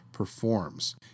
performs